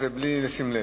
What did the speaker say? זה בלי לשים לב.